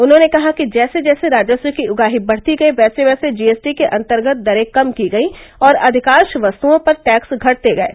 उन्होंने कहा कि जैसे जैसे राजस्व की उगाही बढ़ती गई वैसे वैसे जी एस टी के अंतर्गत दरें कम की गई और अधिकांश वस्तओं पर टैक्स घटते गये